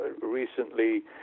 recently